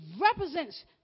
represents